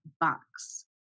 box